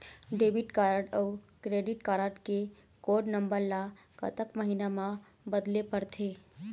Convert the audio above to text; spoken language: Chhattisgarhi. डेबिट कारड अऊ क्रेडिट कारड के कोड नंबर ला कतक महीना मा बदले पड़थे?